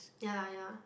ya lah ya